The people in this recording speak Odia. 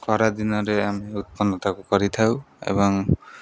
ଖରାଦିନରେ ଆମେ ଉତ୍ପନ୍ନ ତାକୁ କରିଥାଉ ଏବଂ